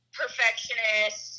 perfectionist